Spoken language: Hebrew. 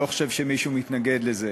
אדמה)